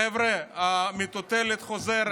חבר'ה, המטוטלת חוזרת.